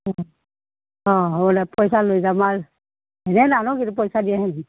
অ অ হ'ব দে পইচা লৈ যাম এনে নানো পইচা দিয়ে আনিম